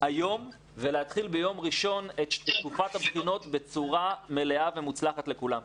היום ולהתחיל ביום ראשון את תקופת הבחינות בצורה מלאה ומוצלחת לכולם.